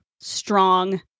strong